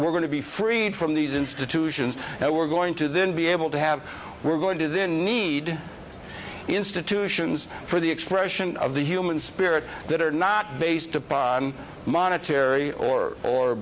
we're going to be freed from these institutions and we're going to then be able to have we're going to then need institutions for the expression of the human spirit that are not based upon monetary or or